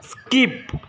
skip